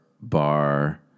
bar